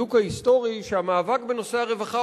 והדיוק ההיסטורי שהמאבק בנושא הרווחה